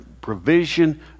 provision